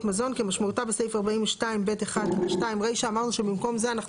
מזון" - כמשמעותה בסעיף 42(ב1)(2) רישה,"; אמרנו שבמקום זה אנחנו